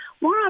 more